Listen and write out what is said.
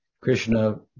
Krishna